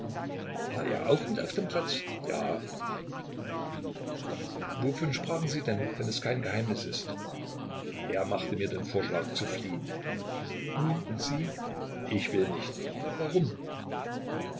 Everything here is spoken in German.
war er auch mit auf dem platz ja wovon sprachen sie denn wenn es kein geheimnis ist er machte mir den vorschlag zu fliehen nun und sie ich will nicht warum